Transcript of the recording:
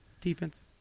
Defense